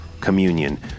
Communion